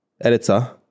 editor